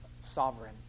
sovereign